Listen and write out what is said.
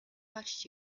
touched